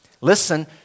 listen